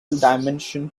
dimension